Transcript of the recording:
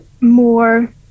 more